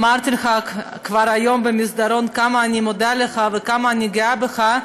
אמרתי לך כבר היום במסדרון כמה אני מודה לך וכמה אני גאה בך.